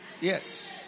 Yes